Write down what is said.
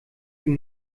ihm